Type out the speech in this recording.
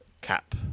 Cap